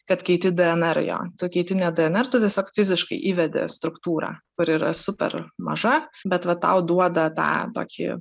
kad keiti dnr jo tu keiti ne dnr tu tiesiog fiziškai įvedi struktūrą kuri yra super maža bet va tau duoda tą tokį